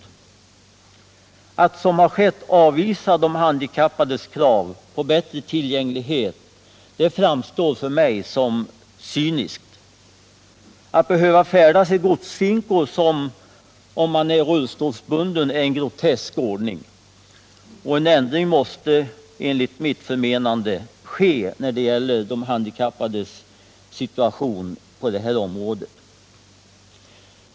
Att såsom skett avvisa de handikappades krav på bättre tillgänglighet framstår för mig som cyniskt. Att behöva färdas i godsfinkor om man är rullstolsbunden är en grotesk ordning, och en ändring måste enligt mitt förmenande ske när det gäller de handikappades situation på området.